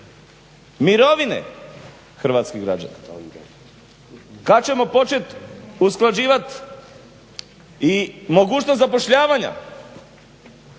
mirovine hrvatskih građana? Kada ćemo početi usklađivati i mogućnost zapošljavanja